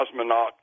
cosmonaut